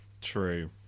true